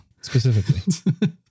specifically